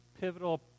pivotal